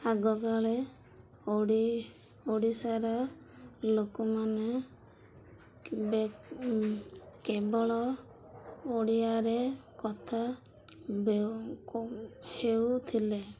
ଆଗକାଳେ ଓଡ଼ି ଓଡ଼ିଶାର ଲୋକମାନେ କେବେ କେବଳ ଓଡ଼ିଆରେ କଥା ବେଉ କହୁ ହେଉଥିଲେ